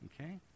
Okay